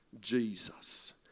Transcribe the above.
Jesus